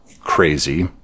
crazy